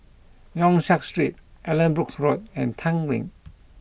Yong Siak Street Allanbrooke Road and Tanglin